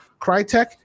Crytek